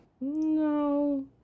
No